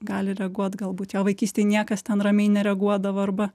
gali reaguot galbūt jo vaikystėj niekas ten ramiai nereaguodavo arba